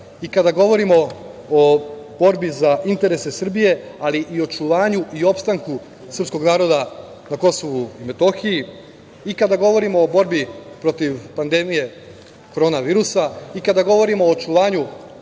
i kada govorimo o borbi za interese Srbije, ali i očuvanju i opstanku srpskog naroda na Kosovu i Metohiji, i kada govorimo o borbi protiv pandemije korona virusa, i kada govorimo o očuvanju